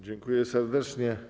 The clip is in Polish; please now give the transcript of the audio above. Dziękuję serdecznie.